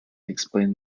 explain